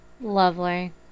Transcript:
Lovely